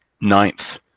ninth